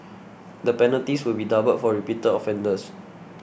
the penalties will be doubled for repeated offenders